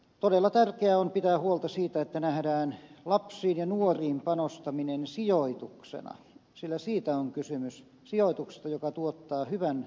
todella tärkeää on pitää huolta siitä että nähdään lapsiin ja nuoriin panostaminen sijoituksena sillä siitä on kysymys sijoituksesta joka tuottaa hyvän tuoton ja koron